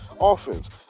offense